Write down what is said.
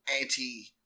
anti